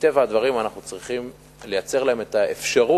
מטבע הדברים אנחנו צריכים לייצר להם את האפשרות